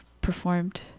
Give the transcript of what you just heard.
performed